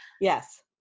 Yes